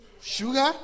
sugar